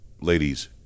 Ladies